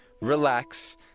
relax